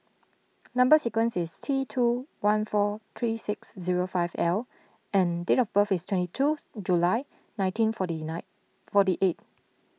Number Sequence is T two one four three six zero five L and date of birth is twenty two July nineteen forty nine forty eight